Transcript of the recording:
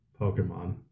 Pokemon